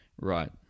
Right